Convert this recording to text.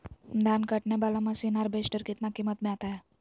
धान कटने बाला मसीन हार्बेस्टार कितना किमत में आता है?